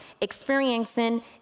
experiencing